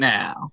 now